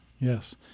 Yes